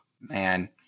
man